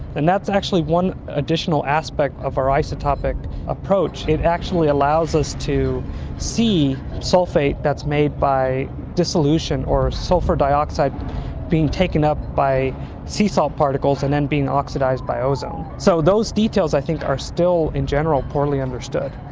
and that's actually one additional aspect of our isotopic approach, it actually allows us to see sulphate that's made by dissolution or sulphur dioxide being taken up by sea salt particles and then being oxidised by ozone. so those details i think are still in general poorly understood.